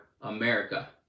America